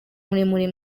muremure